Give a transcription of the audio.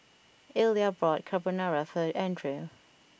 Illya bought Carbonara for Andrew